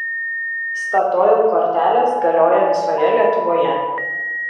statoil kortelės galioja visoje lietuvoje